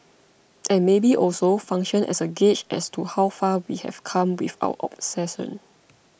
and maybe also function as a gauge as to how far we have come with our obsession